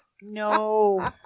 No